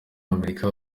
amerika